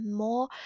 more